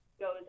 goes